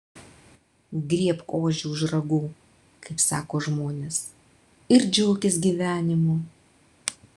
griebk ožį už ragų kaip sako žmonės ir džiaukis gyvenimu